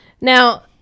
Now